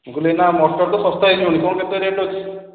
ମୁଁ କହିଲି ଏଇନା ମଟର ତ ଶସ୍ତା ହେଇଯିବଣି କ'ଣ କେତେ ରେଟ୍ ଅଛି